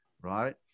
Right